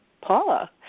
Paula